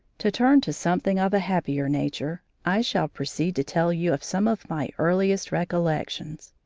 to turn to something of a happier nature, i shall proceed to tell you of some of my earliest recollections.